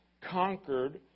conquered